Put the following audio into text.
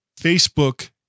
Facebook